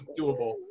doable